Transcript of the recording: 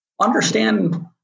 understand